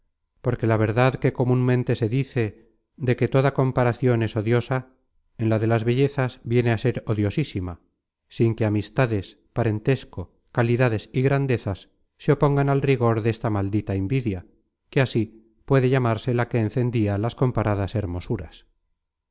porque la verdad que comunmente se dice de que toda comparacion es odiosa en la de las bellezas viene á ser odiosísima sin que amistades parentesco calidades y grandezas se opongan al rigor desta maldita invidia que así puede llamarse la que encendia las comparadas hermosuras